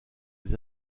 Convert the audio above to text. des